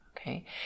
Okay